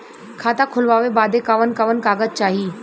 खाता खोलवावे बादे कवन कवन कागज चाही?